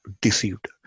deceived